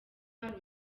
hari